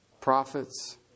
prophets